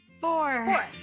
Four